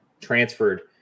transferred